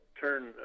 turn